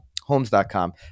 homes.com